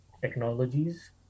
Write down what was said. technologies